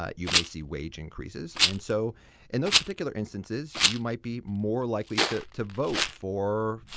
ah you may see wage increases. and so in those particular instances, you might be more likely to to vote for,